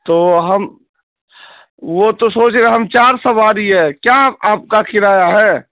تو ہم وہ تو سوچے ہم چار سواری ہے کیا آپ کا کرایہ ہے